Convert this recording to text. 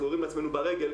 אנחנו יורים לעצמנו ברגל,